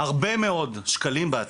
הרבה מאוד כספים בעתיד.